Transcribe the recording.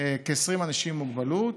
כ-20 אנשים עם מוגבלות,